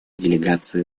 делегаций